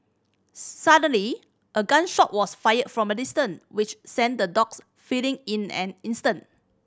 suddenly a gun shot was fired from a distance which sent the dogs fleeing in an instant